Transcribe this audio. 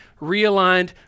realigned